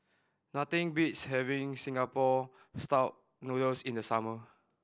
nothing beats having Singapore Style Noodles in the summer